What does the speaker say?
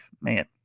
Man